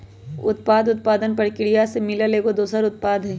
उपोत्पाद उत्पादन परकिरिया से मिलल एगो दोसर उत्पाद हई